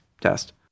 test